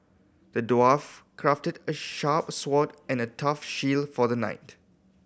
the dwarf crafted a sharp sword and a tough shield for the knight